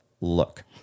look